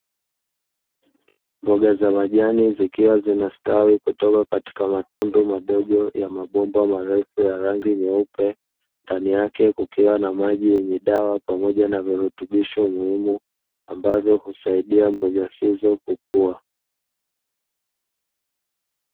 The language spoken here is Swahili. Mboga za majani zikiwa zinastawi kutoka katika matundu madogo ya mabomba marefu ya rangi nyeupe, ndani yake kukiwa na maji yenye dawa pamoja na virutubisho muhimu ambavyo husaidia mboga hizo kukua.